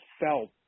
felt